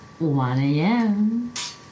1am